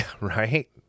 right